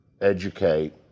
educate